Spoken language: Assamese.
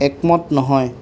একমত নহয়